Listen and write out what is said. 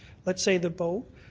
let's say the bow,